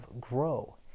grow